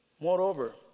Moreover